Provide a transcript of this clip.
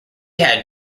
had